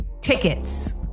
tickets